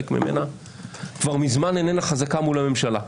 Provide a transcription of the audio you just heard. ממנה - כבר מזמן איננה חזקה מול הממשלה.